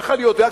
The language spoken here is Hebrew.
איך אני יודע?